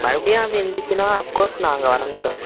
மறுபடியும் அது இருந்துச்சுன்னா அஃப்கோர்ஸ் நான் அங்கே வர்றேங்க சார்